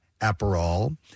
Aperol